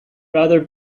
rather